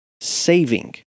saving